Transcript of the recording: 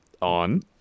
On